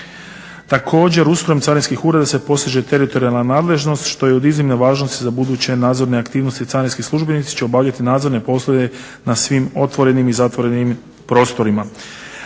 Također ustrojem carinskih ureda se postiže teritorijalna nadležnost što je od iznimne važnosti za buduće nadzorne aktivnosti. Carinski službenici će obavljati nadzorne poslove na svim otvorenim i zatvorenim prostorima.